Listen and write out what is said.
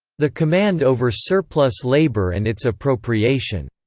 the command over surplus-labour and its appropriation.